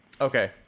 Okay